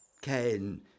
Ken